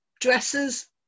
Dresses